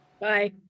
Bye